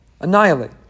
annihilate